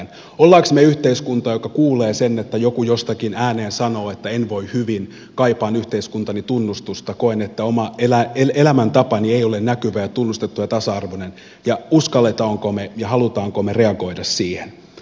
olemmeko me yhteiskunta joka kuulee sen että joku jostakin ääneen sanoo että en voi hyvin kaipaan yhteiskuntani tunnustusta koen että oma elämäntapani ei ole näkyvä ja tunnustettu ja tasa arvoinen ja uskallammeko me ja haluammeko me reagoida siihen